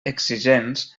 exigents